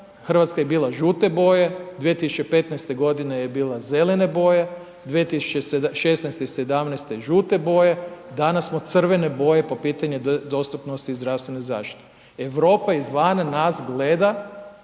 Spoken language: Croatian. Hrvatska je bila žute boje, 2015. godine je bila zelene boje, 2016. i 2017. žute boje, danas smo crvene boje po pitanju dostupnosti zdravstvene zaštite. Europa izvana nas gleda,